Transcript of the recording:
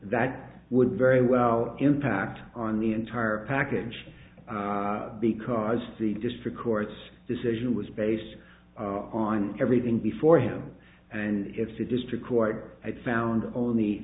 that would very well impact on the entire package because the district court's decision was based on everything before him and if the district court had found